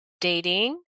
dating